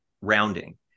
rounding